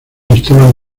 estaban